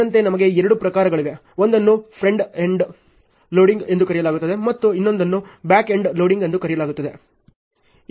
ಅದರಂತೆ ನಮಗೆ ಎರಡು ಪ್ರಕಾರಗಳಿವೆ ಒಂದನ್ನು ಫ್ರೊಂಡ್ ಎಂಡ್ ಲೋಡಿಂಗ್ ಎಂದು ಕರೆಯಲಾಗುತ್ತದೆ ಮತ್ತು ಇನ್ನೊಂದನ್ನು ಬ್ಯಾಕ್ ಎಂಡ್ ಲೋಡಿಂಗ್ ಎಂದು ಕರೆಯಲಾಗುತ್ತದೆ